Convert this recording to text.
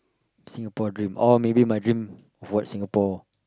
Singapore dream or maybe my dream of what Singapore